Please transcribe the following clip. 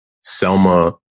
Selma